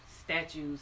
statues